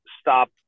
stop